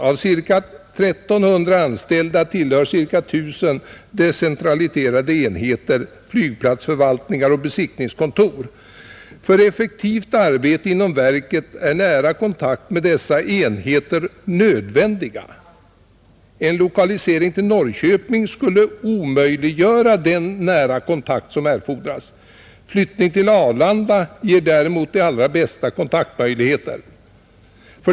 Av cirka 1 300 anställda tillhör cirka 1 000 decentraliserade enheter, flygplatsförvaltningar och besiktningskontor. För effektivt arbete inom verket är nära kontakt med dessa enheter nödvändig. En lokalisering till Norrköping skulle omöjliggöra den nära kontakt som erfordras, Flyttning till Arlanda ger däremot allra bästa kontaktmöjligheter.